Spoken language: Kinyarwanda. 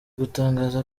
gutangaza